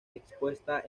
expuesta